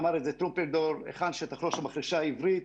אמר את זה טרומפלדור: היכן שתחרוש המחרשה העברית